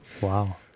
wow